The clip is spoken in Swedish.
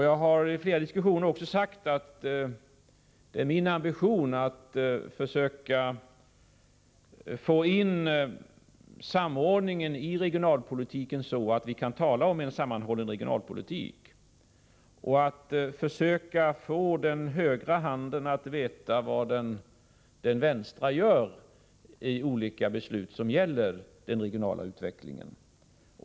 Jag har i flera diskussioner också sagt att det är min ambition att försöka få en samordning i regionalpolitiken, så att vi kan tala om en sammanhållen regionalpolitik, och att försöka få den högra handen att veta vad den vänstra gör i fråga om olika beslut som gäller den regionala utvecklingen.